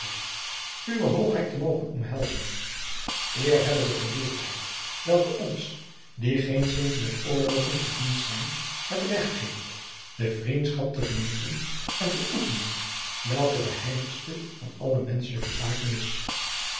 h te mogen omhelzen eer hebbe de geleerdheid welke ons die geenszins met oorlogen gediend zijn het recht geeft de vriendschap te genieten en te oefenen welke de heiligste van alle menschelijke zaken is